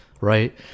right